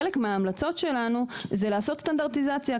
חלק מההמלצות שלנו זה לעשות סטנדרטיזציה.